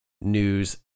news